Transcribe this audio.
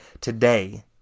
today